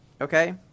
Okay